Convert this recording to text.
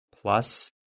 plus